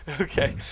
Okay